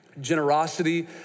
generosity